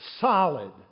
solid